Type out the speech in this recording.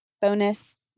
bonus